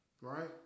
right